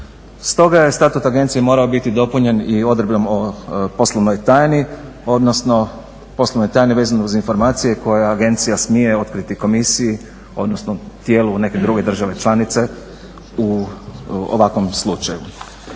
Stoga je Statut agencije morao biti dopunjen i odredbom o poslovnoj tajni, odnosno poslovnoj tajni vezano uz informacije koje agencija smije otkriti komisiji, odnosno tijelu u nekoj drugoj državi članice u ovakvom slučaju.